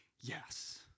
yes